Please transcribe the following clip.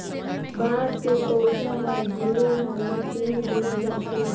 बांस के पउधा हर ढेरे हालू पेड़ बइन जाथे